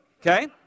okay